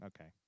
Okay